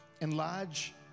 Enlarge